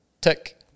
Tick